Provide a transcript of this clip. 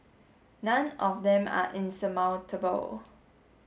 none of them are insurmountable